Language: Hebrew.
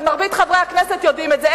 ומרבית חברי הכנסת יודעים את זה,